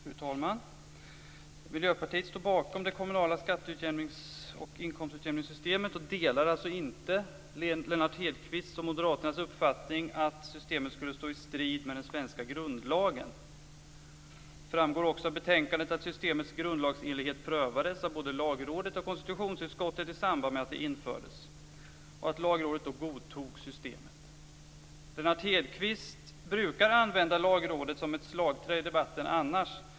Fru talman! Miljöpartiet står bakom det kommunala skatteutjämnings och inkomstutjämningssystemet och delar alltså inte Lennart Hedquists och moderaternas uppfattning att systemet skulle stå i strid med den svenska grundlagen. Det framgår också av betänkandet att systemets grundlagsenlighet prövades av både Lagrådet och konstitutionsutskottet i samband med att det infördes och att Lagrådet då godtog systemet. Lennart Hedquist brukar använda Lagrådet som ett slagträ i debatten annars.